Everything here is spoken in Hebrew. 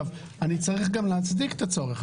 אני צריך גם להצדיק את הצורך,